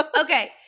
Okay